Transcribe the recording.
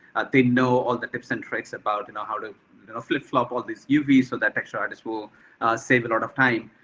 they know all the tips and tricks about, and know how to flip flop all this uv so that texture artist will save a lot of time.